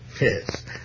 Yes